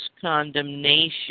condemnation